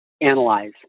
analyze